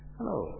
Hello